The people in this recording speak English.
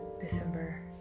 December